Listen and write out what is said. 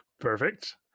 perfect